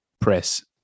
press